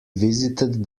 visited